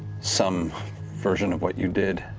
some version of what you did,